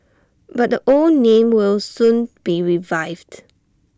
but the old name will soon be revived